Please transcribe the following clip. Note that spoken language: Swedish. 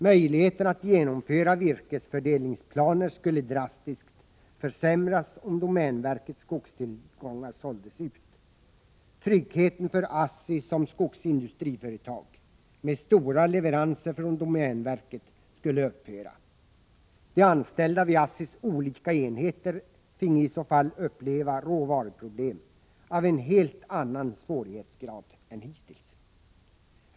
Möjligheterna att genomföra virkesfördelningsplaner skulle drastiskt försämras om domänverkets skogstillgångar såldes ut. Tryggheten för ASSI som skogsindustriföretag, med stora leveranser från domänverket, skulle upphöra. De anställda vid ASSI:s olika enheter finge i så fall uppleva råvaruproblem av en helt annan svårighetsgrad än hittills.